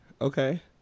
okay